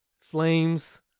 flames